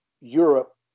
Europe